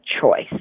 choice